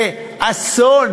זה אסון.